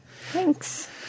Thanks